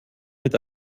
mit